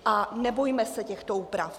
A nebojme se těchto úprav.